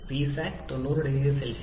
P Psat 70